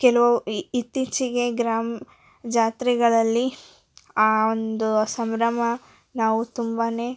ಕೆಲವು ಇತ್ತೀಚಿಗೆ ಗ್ರಾಮ ಜಾತ್ರೆಗಳಲ್ಲಿ ಆ ಒಂದು ಸಂಭ್ರಮ ನಾವು ತುಂಬಾ